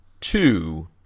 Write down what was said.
two